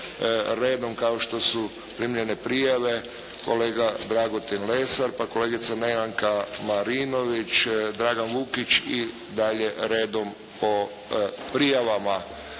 redom kao što su primljene prijave, kolega Dragutin Lesar, pa kolegica Nevenka Marinović, Dragan Vukić i dalje redom po prijavama.